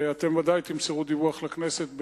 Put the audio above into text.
אתם בוודאי תמסרו דיווח לכנסת,